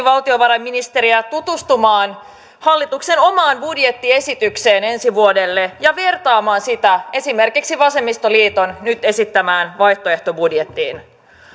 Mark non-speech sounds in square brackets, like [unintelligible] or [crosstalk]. [unintelligible] valtiovarainministeriä myöskin tutustumaan hallituksen omaan budjettiesitykseen ensi vuodelle ja vertaamaan sitä esimerkiksi vasemmistoliiton nyt esittämään vaihtoehtobudjettiin